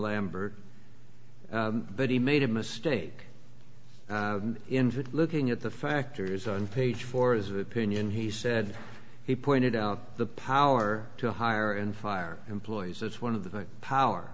lambert but he made a mistake looking at the factors on page four of opinion he said he pointed out the power to hire and fire employees that's one of those power